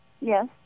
Yes